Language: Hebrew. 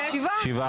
שבעה.